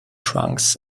trunks